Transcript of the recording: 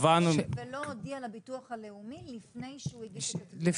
ולא הודיע לביטוח הלאומי לפני שהוא הגיש את התביעה.